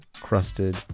crusted